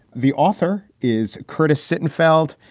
the author is curtis sittenfeld.